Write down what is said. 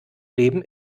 leben